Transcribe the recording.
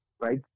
right